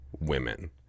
women